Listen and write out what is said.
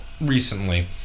recently